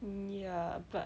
mm ya but